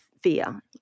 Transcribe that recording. fear